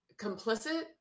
complicit